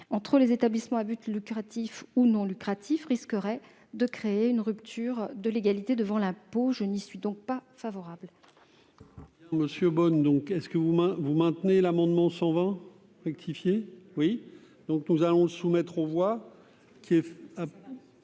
entre les établissements à but lucratif et ceux à but non lucratif risquerait de créer une rupture de l'égalité devant l'impôt. Je n'y suis donc pas favorable.